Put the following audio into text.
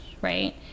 right